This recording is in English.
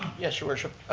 yes, your worship.